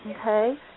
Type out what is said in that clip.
okay